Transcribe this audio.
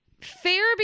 fair